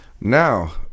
Now